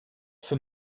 for